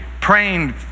praying